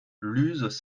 luz